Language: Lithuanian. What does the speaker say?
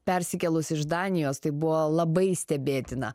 persikėlus iš danijos tai buvo labai stebėtina